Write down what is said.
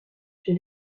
chez